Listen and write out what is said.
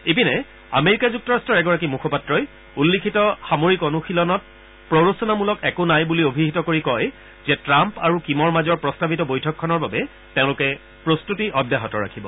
ইপিনে আমেৰিকা যুক্তৰাট্টৰ এগৰাকী মুখপাত্ৰই উল্লিখিত সামৰিক অনুশীলনত প্ৰৰোচনামূলক একো নাই বুলি অভিহিত কৰি কয় যে ট্ৰাম্প আৰু কিমৰ মাজৰ প্ৰস্তাৱিত বৈঠকখনৰ বাবে তেওঁলোকে প্ৰস্তুতি অব্যাহত ৰাখিব